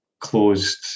closed